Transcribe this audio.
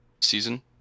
season